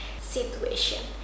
situation